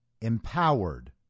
empowered